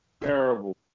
Terrible